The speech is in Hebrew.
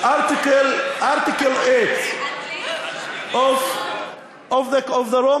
Article 8 of the Rome